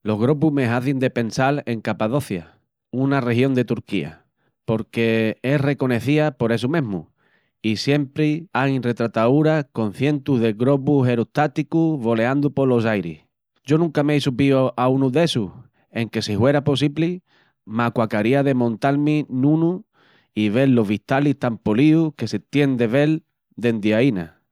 Los grobus me hazin de pensal en Capadocia, una región de Turquía, porque es reconecía por essu mesmu i sempri áin retratauras con cientus de grobus erostáticus voleandu polos airis. Yo nunca m'ei subíu a unu dessus enque si huera possibli m'aquacaría de montal-mi nunu i vel los vistalis tan políus que se tien de vel dendi aina.